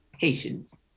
patients